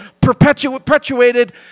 perpetuated